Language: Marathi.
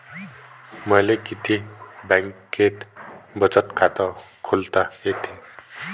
मले किती बँकेत बचत खात खोलता येते?